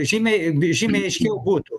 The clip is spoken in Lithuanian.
žymiai žymiai aiškiau būtų